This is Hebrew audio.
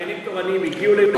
גרעינים תורניים הגיעו לירוחם,